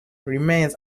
remains